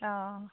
অঁ